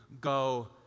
Go